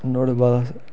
नुआढ़े बाद